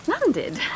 landed